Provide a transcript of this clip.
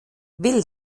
will